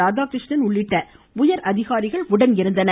ராதாகிருஷ்ணன் உள்ளிட்ட உயரதிகாரிகள் உடனிருந்தனர்